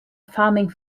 farming